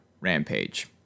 Rampage